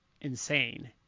insane